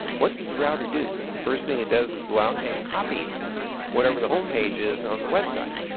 what does a router do? the first thing it does is go out and copy whatever the home page is on the web site.